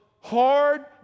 hard